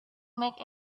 make